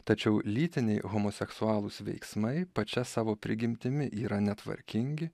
tačiau lytiniai homoseksualūs veiksmai pačia savo prigimtimi yra netvarkingi